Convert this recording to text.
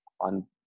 on